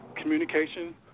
communication